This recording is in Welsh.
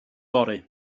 fory